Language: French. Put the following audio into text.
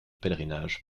pèlerinage